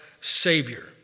savior